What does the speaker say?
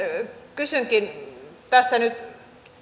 kysynkin tässä nyt